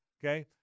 okay